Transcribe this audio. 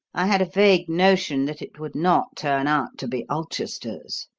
i had a vague notion that it would not turn out to be ulchester's,